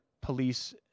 police